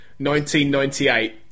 1998